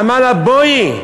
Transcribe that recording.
אמר לה: בואי,